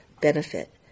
benefit